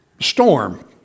storm